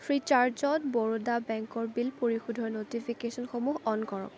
ফ্ৰীচাৰ্জত বৰোদা বেংকৰ বিল পৰিশোধৰ ন'টিফিকেশ্যনসমূহ অন কৰক